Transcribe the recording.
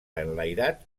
enlairat